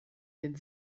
den